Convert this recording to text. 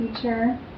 future